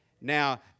Now